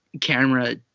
camera